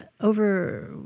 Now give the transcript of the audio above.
over